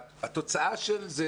התוצאה של זה,